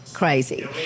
Crazy